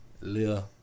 Lil